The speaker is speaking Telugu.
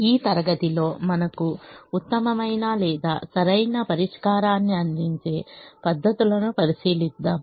ఈ తరగతిలో మనకు ఉత్తమమైన లేదా సరైన పరిష్కారాన్ని అందించే పద్ధతులను పరిశీలిద్దాము